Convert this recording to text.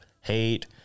hate